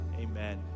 amen